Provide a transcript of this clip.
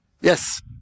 Yes